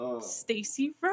Stacy